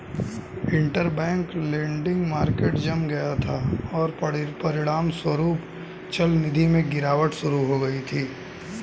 interbank lending market जम गया था, और परिणामस्वरूप चलनिधि में गिरावट शुरू हो गई थी